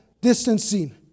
distancing